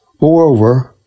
Moreover